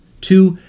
Two